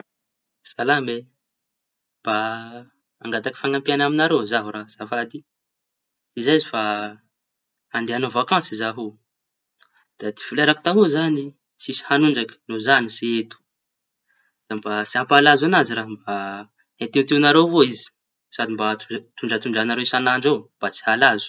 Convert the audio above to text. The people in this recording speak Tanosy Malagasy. Salama e! Mba angataky fañampiaña amiñareo zaho raha azafady. Tsy zay fa andeha hañaeo vakansy za io da toa flera ko taô zañy tsisy mañondraky no za tsy eto. Da mba tsy ampalazo añazy raha mba entienteo nareo avao izy da mba tondratondrañareo sañandro mba tsy halazo.